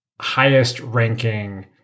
highest-ranking